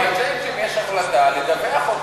בצ'יינג'ים יש החלטה לדווח,